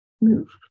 move